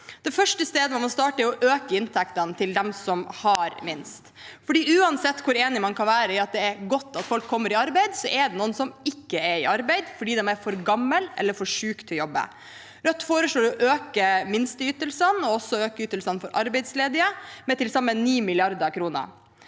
Det første stedet man må starte, er å øke inntektene til dem som har minst, for uansett hvor enig man kan være i at det er godt at folk kommer i arbeid, er det noen som ikke er i arbeid fordi de er for gamle eller for syke til å jobbe. Rødt foreslår å øke minsteytelsene og også øke ytelsene for arbeidsledige, med til sammen 9 mrd. kr.